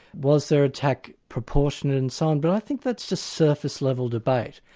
was their attack proportionate, and so on? but i think that's just surface level debate.